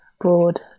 broad